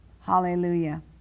Hallelujah